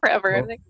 forever